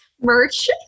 merch